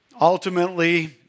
ultimately